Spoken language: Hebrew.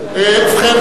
ולקלס.